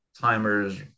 timers